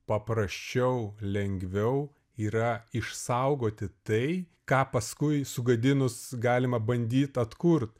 paprasčiau lengviau yra išsaugoti tai ką paskui sugadinus galima bandyt atkurt